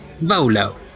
Volo